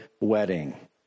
wedding